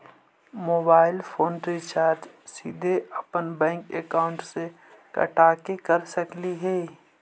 Mobile phone recharge सीधे अपन bank account से कटा के कर सकली ही?